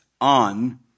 on